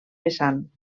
vessant